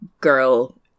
girl